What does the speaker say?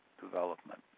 development